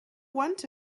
want